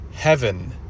heaven